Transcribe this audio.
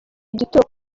gituro